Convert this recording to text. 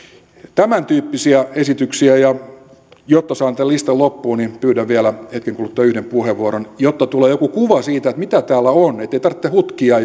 tämän tyyppisiä esityksiä ja jotta saan tämän listan loppuun niin pyydän vielä hetken kuluttua yhden puheenvuoron jotta tulee joku kuva siitä mitä täällä on ettei tarvitse hutkia